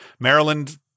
Maryland